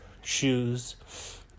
shoes